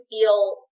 feel